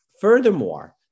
Furthermore